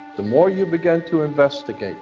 the more you begin to investigate